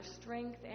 strength